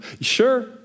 Sure